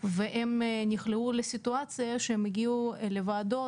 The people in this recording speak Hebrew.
והם נקלעו לסיטואציה שהם הגיעו לוועדות,